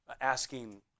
asking